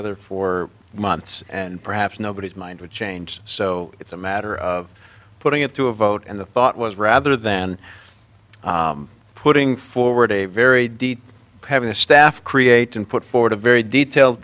other for months and perhaps nobody's mind would change so it's a matter of putting it to a vote and the thought was rather than putting forward a very deep having a staff create and put forward a very detailed